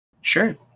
Sure